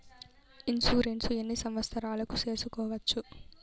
Insurance ఎన్ని సంవత్సరాలకు సేసుకోవచ్చు?